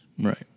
Right